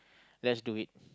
let's do it